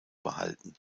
behalten